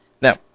Now